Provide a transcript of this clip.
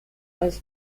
als